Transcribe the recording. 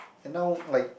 and now like